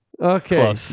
Okay